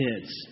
kids